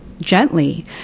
gently